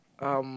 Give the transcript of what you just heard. um